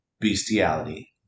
Bestiality